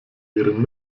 ihren